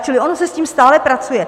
Čili ono se s tím stále pracuje.